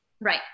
right